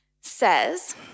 says